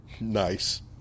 Nice